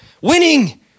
Winning